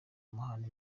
amahane